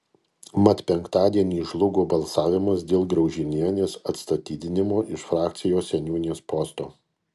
mat penktadienį žlugo balsavimas dėl graužinienės atstatydinimo iš frakcijos seniūnės posto